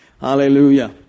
Hallelujah